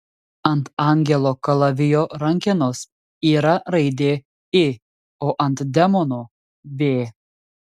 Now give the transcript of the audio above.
ant angelo kalavijo rankenos yra raidė i o ant demono v